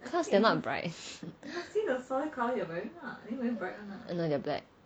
cause they are not bright no they are black